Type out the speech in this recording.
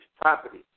property